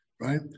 right